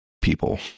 people